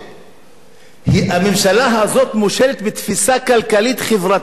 הממשלה הזאת מושלת בתפיסה כלכלית-חברתית מ-1977.